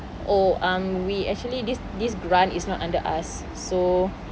oh um we actually this this grant is not under us so